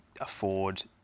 afford